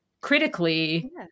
critically